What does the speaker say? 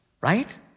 right